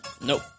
nope